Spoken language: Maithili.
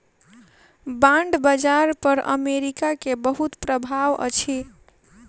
बांड बाजार पर अमेरिका के बहुत प्रभाव अछि